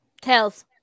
Tails